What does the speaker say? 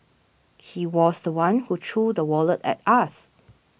he was the one who threw the wallet at us